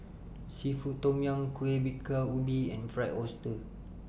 Seafood Tom Yum Kueh Bingka Ubi and Fried Oyster